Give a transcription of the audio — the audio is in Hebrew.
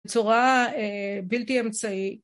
צורה בלתי אמצעי...